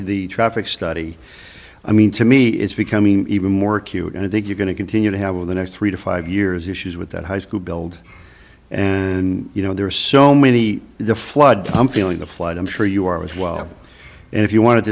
the traffic study i mean to me it's becoming even more acute and i think you're going to continue to have over the next three to five years issues with that high school build and you know there are so many the flood i'm feeling the flood i'm sure you are as well and if you want